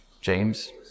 James